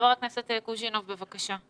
ח"כ קוז'ינוב, בבקשה.